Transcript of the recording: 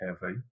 heavy